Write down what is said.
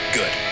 good